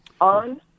on